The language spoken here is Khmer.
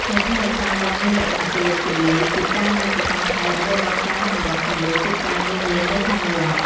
អ្នកថែរក្សាវត្តមានលក្ខណៈទូលំទូលាយ ពីការងារប្រចាំថ្ងៃរហូតដល់ការសម្របសម្រួលកិច្ចការនានានៅក្នុងវត្ត។